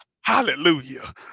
Hallelujah